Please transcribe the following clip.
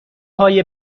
های